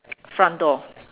front door